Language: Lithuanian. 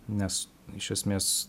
nes iš esmės